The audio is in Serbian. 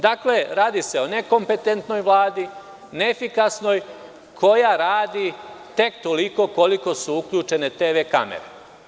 Dakle, radi se o nekompetentnoj Vladi, neefikasnoj, koja radi tek toliko koliko su uključene TV kamere.